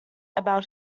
about